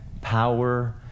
Power